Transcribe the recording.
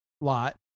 lot